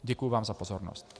Děkuji vám za pozornost.